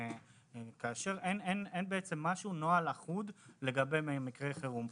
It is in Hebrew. כאשר אין נוהל אחוד לגבי מקרי חירום.